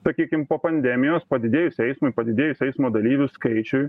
sakykim po pandemijos padidėjus eismui padidėjus eismo dalyvių skaičiui